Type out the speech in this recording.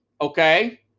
Okay